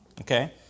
Okay